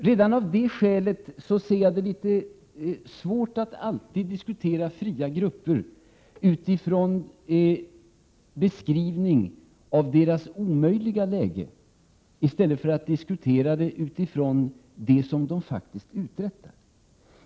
Redan av det skälet har jag svårt att alltid diskutera fria grupper utifrån beskrivningen av deras omöjliga läge i stället för att diskutera utifrån det som de faktiskt uträttar.